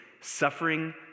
Suffering